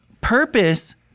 Purpose